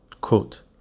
quote